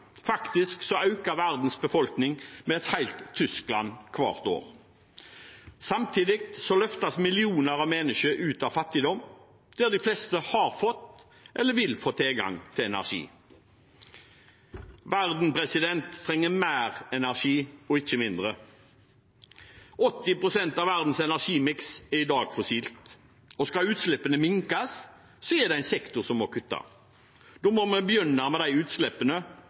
faktisk med et helt Tyskland hvert år. Samtidig løftes millioner av mennesker ut av fattigdom, der de fleste har fått, eller vil få, tilgang til energi. Verden trenger mer energi og ikke mindre. 80 pst. av verdens energimiks er i dag fossil. Skal utslippene minkes, er det en sektor som må kutte. Da må vi begynne med de utslippene